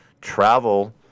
travel